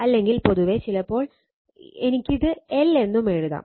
അല്ലെങ്കിൽ പൊതുവേ ചിലപ്പോൾ എനിക്ക് ഇത് L എന്നും എഴുതാം